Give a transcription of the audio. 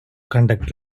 conduct